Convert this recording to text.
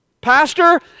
Pastor